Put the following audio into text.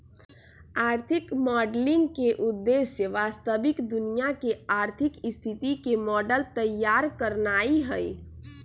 आर्थिक मॉडलिंग के उद्देश्य वास्तविक दुनिया के आर्थिक स्थिति के मॉडल तइयार करनाइ हइ